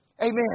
Amen